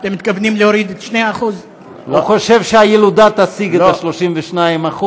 אני חושב שהילודה תשיג את ה-32%,